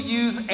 use